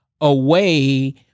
away